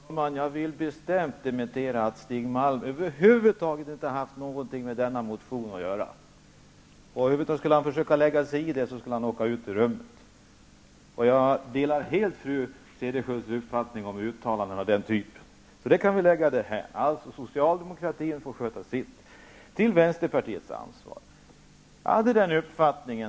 Herr talman! Jag vill bestämt dementera att Stig Malm skulle ha haft något med denna motion att göra. Om han skulle lägga sig i den, skulle han åka ut ur rummet. Jag delar helt fru Cederschiölds uppfattning om denna typ av uttalanden. Därför kan vi lämna det därhän. Socialdemokratin får alltså sköta sitt. Beträffande Vänsterpartiets ansvar vill jag säga följande.